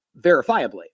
verifiably